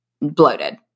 bloated